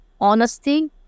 honesty